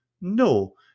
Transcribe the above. no